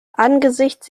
angesichts